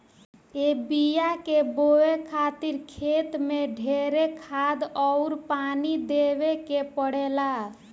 ए बिया के बोए खातिर खेत मे ढेरे खाद अउर पानी देवे के पड़ेला